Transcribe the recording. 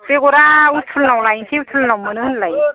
बेगरआ अथुलनाव लाइसै अथुलनाव मोनो होनलाय